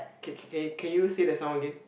K K K can you say that sound again